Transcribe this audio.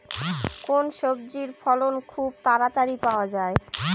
কোন সবজির ফলন খুব তাড়াতাড়ি পাওয়া যায়?